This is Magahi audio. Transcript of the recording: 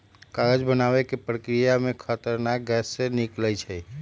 कागज बनाबे के प्रक्रिया में खतरनाक गैसें से निकलै छै